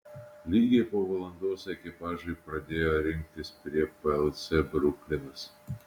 lygiai po valandos ekipažai pradėjo rinktis prie plc bruklinas